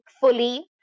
fully